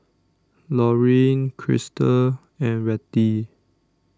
Lorin Christop and Rettie